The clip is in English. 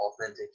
authentic